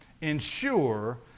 ensure